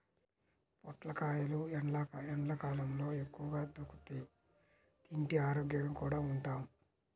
పొట్లకాయలు ఎండ్లకాలంలో ఎక్కువగా దొరుకుతియ్, తింటే ఆరోగ్యంగా కూడా ఉంటాం